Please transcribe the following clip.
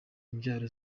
ibyaro